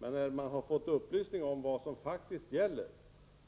Men när man fått upplysning om vad som faktiskt gäller,